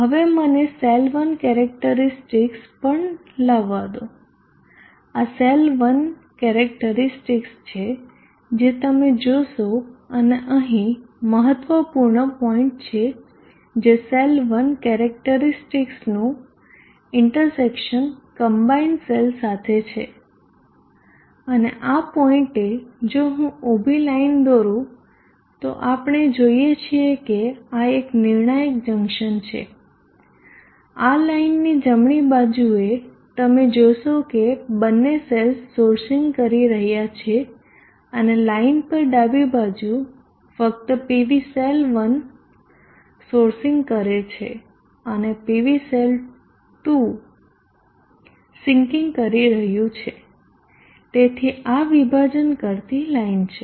હવે મને cell 1 characteristics પણ લાવવા દોઆ સેલ 1 કેરેક્ટરીસ્ટિકસ છે જે તમે જોશો અને અહીં મહત્વપૂર્ણ પોઈન્ટ છે જે સેલ 1 કેરેક્ટરીસ્ટિકસનું ઇન્ટરસેક્શન કમ્બાઈન્ડ સેલ સાથે છે અને આ પોઇન્ટે જો હું ઉભી લાઈન દોરુ તો આપણે જોઈએ છીએ કે આ એક નિર્ણાયક જંકશન છે આ લાઇનની જમણી બાજુ એ તમે જોશો કે બંને સેલ્સ સોર્સિંગ કરી રહ્યા છે અને લાઈન પર ડાબી બાજુ ફક્ત PVસેલ 1 સોર્સિંગ કરે છે અનેPV સેલ 2 સિંકિંગ કરી રહ્યું છે તેથી આ વિભાજન કરતી લાઇન છે